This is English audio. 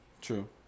True